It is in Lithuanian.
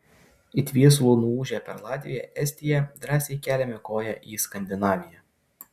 it viesulu nuūžę per latviją estiją drąsiai keliame koją į skandinaviją